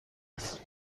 است